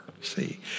see